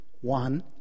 one